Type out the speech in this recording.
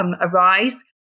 arise